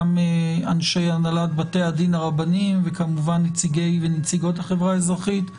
גם אנשי הנהלת בתי הדין הרבניים וכמובן נציגי ונציגות החברה האזרחית,